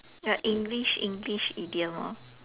uh English English idiom hor